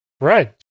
Right